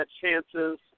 chances